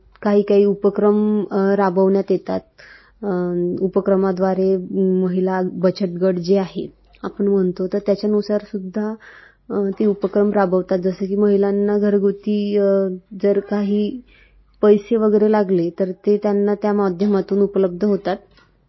काही काही उपक्रम राबवण्यात येतात उपक्रमाद्वारे महिला बचत गट जे आहेत आपण म्हणतो तर त्याच्यानुसारसुद्धा ते उपक्रम राबवतात जसं की महिलांना घरगुती जर काही पैसे वगैरे लागले तर ते त्यांना त्या माध्यमातून उपलब्ध होतात